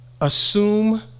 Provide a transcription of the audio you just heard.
Assume